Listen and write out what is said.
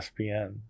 ESPN